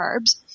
carbs